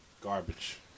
Garbage